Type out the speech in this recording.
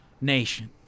Nation